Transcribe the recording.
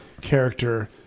character